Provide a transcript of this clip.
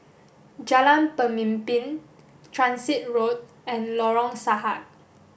Jalan Pemimpin Transit Road and Lorong Sahad